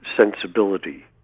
sensibility